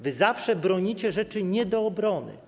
Wy zawsze bronicie rzeczy nie do obrony.